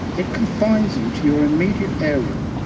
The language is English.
it confines you to your immediate area,